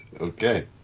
Okay